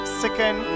second